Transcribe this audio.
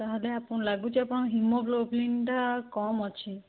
ତା'ହେଲେ ଆପଣ ଲାଗୁଛି ଆପଣଙ୍କ ହିମୋଗ୍ଲୋବିନ୍ଟା କମ୍ ଅଛି